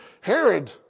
Herod